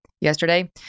Yesterday